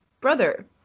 brother